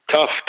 Tough